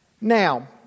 Now